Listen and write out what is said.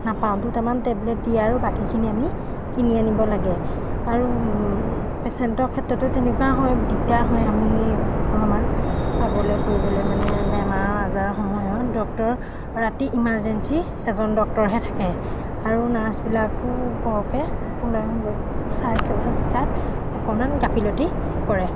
নাপাওঁ দুটামান টেবলেট দিয়ে আৰু বাকীখিনি আমি কিনি আনিব লাগে আৰু পেচেণ্টৰ ক্ষেত্ৰতো তেনেকুৱা হয় দিগদাৰ হয় আমি অলমান পাবলৈ কৰিবলৈ মানে বেমাৰৰ আজাৰৰ সময়ত ডক্টৰ ৰাতি ইমাৰ্জেঞ্চি এজন ডক্টৰহে থাকে আৰু নাৰ্ছবিলাকো বৰকৈ কোনো কোনোৱে চাই চিতাত অকমান গাফিলতি কৰে